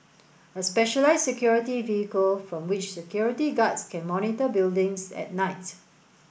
a specialised security vehicle from which security guards can monitor buildings at night